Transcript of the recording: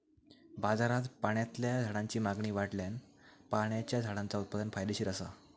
बाजारात पाण्यातल्या झाडांची मागणी वाढल्यान पाण्याच्या झाडांचा उत्पादन फायदेशीर असा